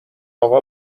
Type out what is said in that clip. اقا